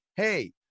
hey